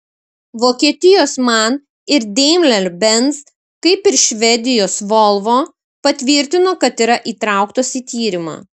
vokietijos man ir daimler benz kaip ir švedijos volvo patvirtino kad yra įtrauktos į tyrimą